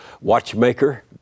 watchmaker